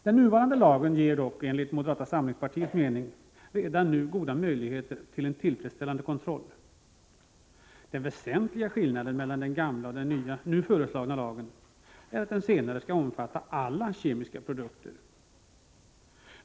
Den nuvarande lagen ger dock enligt moderata samlingspartiets mening redan nu goda möjligheter till en tillfredsställande kontroll. Den väsentliga skillnaden mellan den gamla och den nu föreslagna lagen är att den senare skall omfatta alla kemiska produkter.